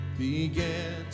began